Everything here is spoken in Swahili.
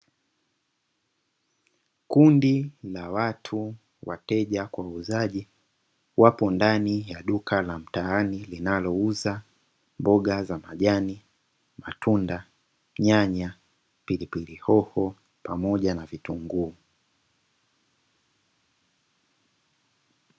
Kundi la watu wateja kwa wauzaji wapo ndani ya duka la mtaani linalouza: mboga za majani, matunda, nyanya, pilipili hoho pamoja na vitunguu.